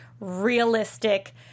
realistic